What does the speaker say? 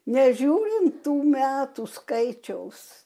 nežiūrint tų metų skaičiaus